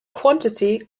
quantity